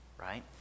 right